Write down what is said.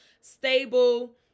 stable